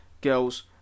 girls